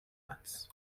plants